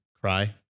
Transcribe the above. cry